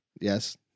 Yes